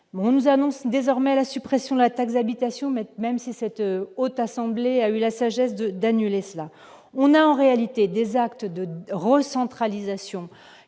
on nous annonce désormais la suppression de la taxe d'habitation, mais même si cette haute assemblée a eu la sagesse de d'annuler cela on a en réalité des actes de recentralisation